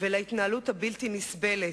ולהתנהלות הבלתי-נסבלת.